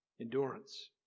Endurance